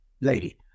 lady